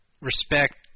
respect